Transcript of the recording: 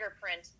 print